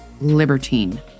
libertine